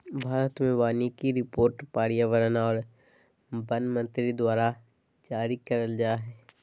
भारत मे वानिकी रिपोर्ट पर्यावरण आर वन मंत्री द्वारा जारी करल जा हय